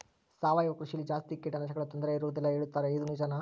ಸಾವಯವ ಕೃಷಿಯಲ್ಲಿ ಜಾಸ್ತಿ ಕೇಟನಾಶಕಗಳ ತೊಂದರೆ ಇರುವದಿಲ್ಲ ಹೇಳುತ್ತಾರೆ ಅದು ನಿಜಾನಾ?